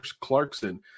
Clarkson